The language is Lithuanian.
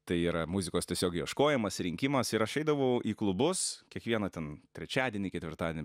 tai yra muzikos tiesiog ieškojimas rinkimas ir aš eidavau į klubus kiekvieną ten trečiadienį ketvirtadienį